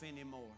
anymore